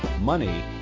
money